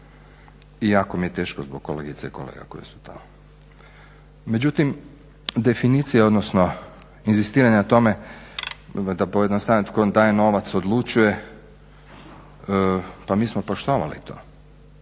jako mi je teško zbog kolegica i kolega koje su to. Međutim definicija odnosno inzistiranje o tome da pojednostavim tko daje novac, odlučuje pa mi smo poštovali to,